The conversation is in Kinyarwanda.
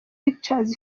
pictures